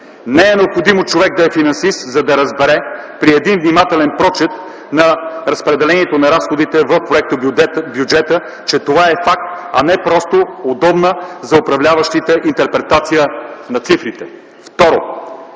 Не е необходимо човек да е финансист, за да разбере при един внимателен прочит на разпределението на разходите в проектобюджета, че това е факт, а не просто удобна за управляващите интерпретация на цифрите.